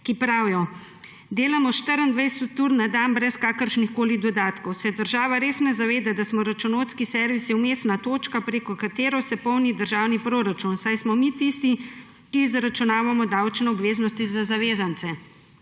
ki pravijo: »Delamo 24 ur na dan brez kakršnihkoli dodatkov. Se država res ne zaveda, da smo računovodski servisi vmesna točka, prek katere se polni državni proračun, saj smo mi tisti, ki izračunavamo davčne obveznosti za zavezance?«